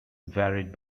varied